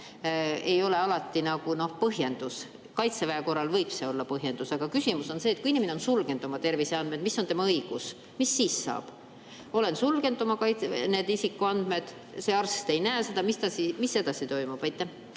ei ole alati nagu põhjendus, kuigi Kaitseväe korral võib see olla põhjendus –, minu küsimus on see, et kui inimene on sulgenud oma terviseandmed, mis on tema õigus, mis siis saab. Olen sulgenud oma isikuandmed, see arst ei näe neid. Mis edasi toimub?